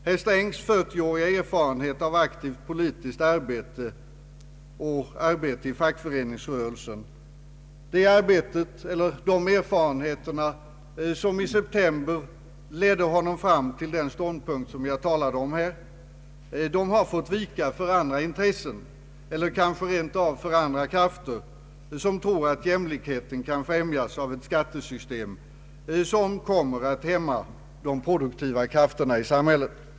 Herr Strängs fyrtioåriga erfarenhet av aktivt politiskt arbete och i fackföreningsrörelsen, som i september ledde honom fram till den ståndpunkt jag här redovisat, har fått vika för andra intressen eller kanske rent av för andra krafter, som tror att jämlikheten kan främjas av ett skattesystem, som kommer att hämma de produktiva krafterna i samhället.